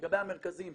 לגבי המרכזים,